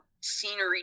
scenery